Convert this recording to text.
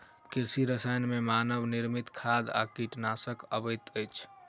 कृषि रसायन मे मानव निर्मित खाद आ कीटनाशक अबैत अछि